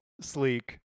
sleek